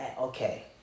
okay